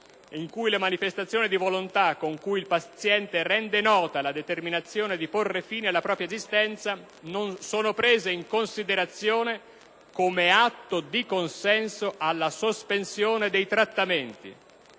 2001, le manifestazioni di volontà, con cui il paziente rende nota la determinazione di porre fine alla propria esistenza, sono prese in considerazione come atto di consenso alla sospensione dei trattamenti;